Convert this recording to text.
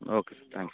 okay thank you